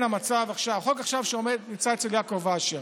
החוק שנמצא עכשיו אצל יעקב אשר,